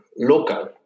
local